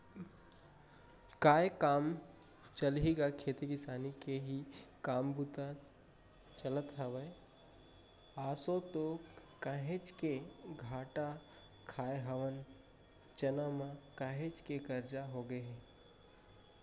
काय काम चलही गा खेती किसानी के ही काम बूता चलत हवय, आसो तो काहेच के घाटा खाय हवन चना म, काहेच के करजा होगे हे